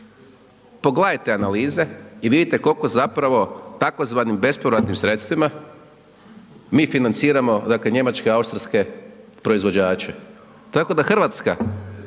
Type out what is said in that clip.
pogledajte analize i vidite koliko zapravo tzv. bespovratnim sredstvima mi financiramo dakle Njemačke i Austrijske proizvođače, tako da Hrvatska